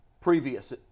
previous